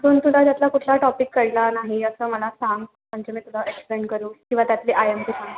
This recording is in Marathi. अजून तुला त्यातला कुठला टॉपिक कळला नाही असं मला सांग म्हणजे मी तुला एक्सप्लेन करू किंवा त्यातले आयएमपी सांगू